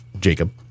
Jacob